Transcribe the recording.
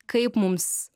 kaip mums